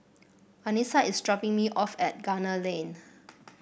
Anissa is dropping me off at Gunner Lane